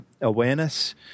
awareness